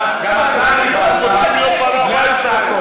גם אתה, הם רוצים להיות בעלי-הבית, בגלל הצעקות.